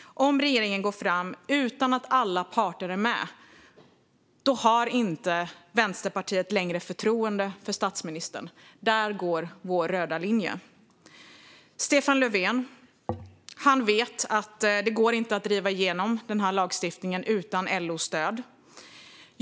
Om regeringen går fram utan att alla parter är med har Vänsterpartiet inte längre förtroende för statsministern. Där går vår röda linje. Stefan Löfven vet att det inte går att driva igenom lagstiftningen utan LO:s stöd.